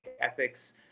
ethics